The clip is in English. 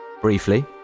briefly